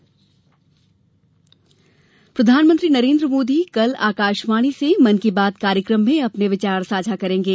मन की बात प्रधानमंत्री नरेन्द्र मोदी कल आकाशवाणी से मन की बात कार्यक्रम में अपने विचार साझा करेंगे